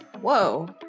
Whoa